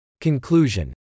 Conclusion